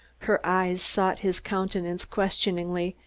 her eyes sought his countenance questioningly,